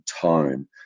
tone